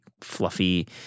fluffy